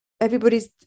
everybody's